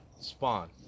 spawn